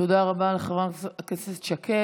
תודה רבה לחברת הכנסת שקד.